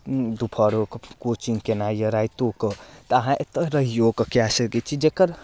दुपहरोके coaching केनाइ यऽ राइतो कऽ तऽ अहाँ एतऽ रहियो कऽ कए सकै छी जकर